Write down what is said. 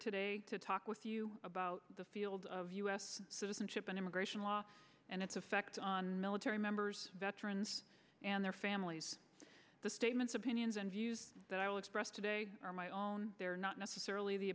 today to talk with you about the field of u s citizenship and immigration law and its effect on military members veterans and their families the statements opinions and views that i will express today are my own they're not necessarily the